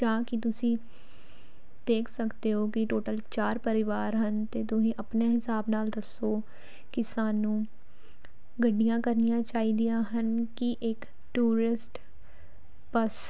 ਤਾਂ ਕਿ ਤੁਸੀਂ ਦੇਖ ਸਕਦੇ ਹੋ ਕਿ ਟੋਟਲ ਚਾਰ ਪਰਿਵਾਰ ਹਨ ਅਤੇ ਤੁਸੀਂ ਆਪਣੇ ਹਿਸਾਬ ਨਾਲ ਦੱਸੋ ਕਿ ਸਾਨੂੰ ਗੱਡੀਆਂ ਕਰਨੀਆਂ ਚਾਹੀਦੀਆਂ ਹਨ ਕਿ ਇੱਕ ਟੂਰਿਸਟ ਬੱਸ